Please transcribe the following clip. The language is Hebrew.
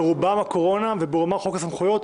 ברובם הקורונה וחוק הסמכויות.